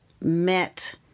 met